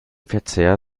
verzehr